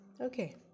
okay